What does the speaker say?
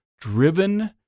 driven